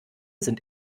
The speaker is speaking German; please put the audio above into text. sind